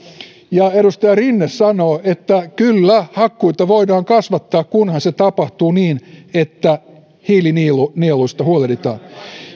ja edustaja rinne sanoo että kyllä hakkuita voidaan kasvattaa kunhan se tapahtuu niin että hiilinieluista huolehditaan